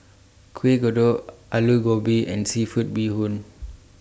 Kueh Kodok Aloo Gobi and Seafood Bee Hoon